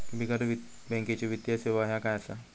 बिगर बँकेची वित्तीय सेवा ह्या काय असा?